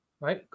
right